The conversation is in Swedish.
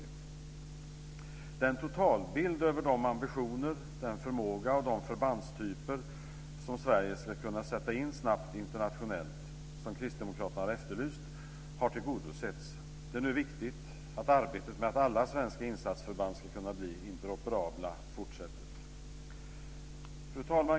Den totalbild som Kristdemokraterna har efterlyst över de ambitioner, den förmåga och de förbandstyper som Sverige ska kunna sätta in snabbt internationellt, har tillgodosetts. Det är nu viktigt att arbetet med att alla svenska insatsförband ska kunna bli interoperabla fortsätter. Fru talman!